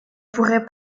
pourrais